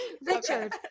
Richard